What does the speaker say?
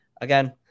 Again